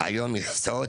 היום מכסות,